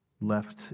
left